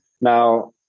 Now